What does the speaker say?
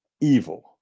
evil